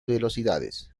velocidades